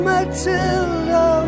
Matilda